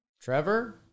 Trevor